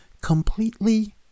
completely